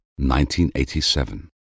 1987